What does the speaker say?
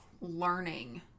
learning